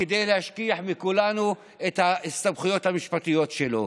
כדי להשכיח מכולנו את ההסתבכויות המשפטיות שלו.